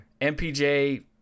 MPJ